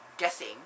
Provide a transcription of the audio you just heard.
guessing